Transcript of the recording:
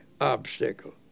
obstacle